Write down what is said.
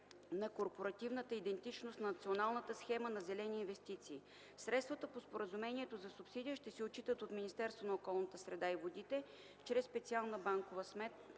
на корпоративната идентичност на Националната схема за зелени инвестиции. Средствата по споразумението за субсидия ще се отчитат от Министерство на околната среда и водите чрез специална банкова сметка,